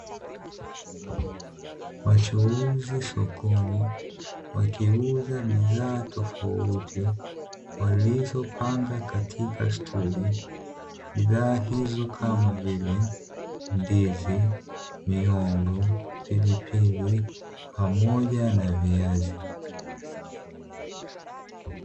Wachuuzi sokoni wakiuza bidhaa tofauti walizopanga katika stuli, bidhaa hizo kama vile: ndizi, mihogo, pilipili pamoja na viazi.